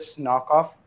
knockoff